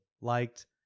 liked